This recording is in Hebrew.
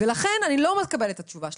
ולכן אני לא מקבלת את התשובה שלכם,